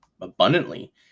abundantly